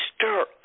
stir